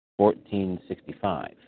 1465